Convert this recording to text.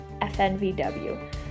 FNVW